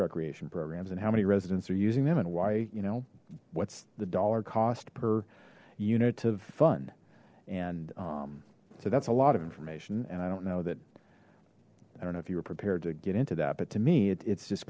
recreation programs and how many residents are using them and why you know what's the dollar cost per unit of fun and so that's a lot of information and i don't know that i don't know if you were prepared to get into that but to me it's just